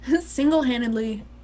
single-handedly